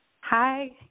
Hi